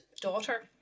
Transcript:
daughter